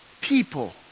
people